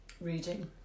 reading